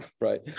Right